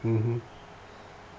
mmhmm